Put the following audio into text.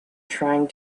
trying